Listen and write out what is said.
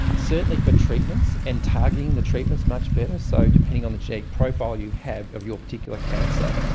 certainly for treatments and targeting the treatments much better. so depending on the genetic profile you have of your particular cancer,